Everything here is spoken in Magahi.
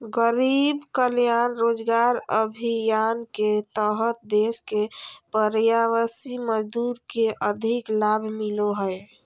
गरीब कल्याण रोजगार अभियान के तहत देश के प्रवासी मजदूर के अधिक लाभ मिलो हय